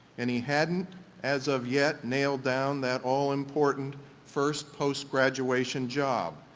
and he hadn't as of yet nailed down that all important first post-graduation job.